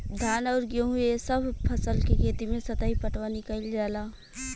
धान अउर गेंहू ए सभ फसल के खेती मे सतही पटवनी कइल जाला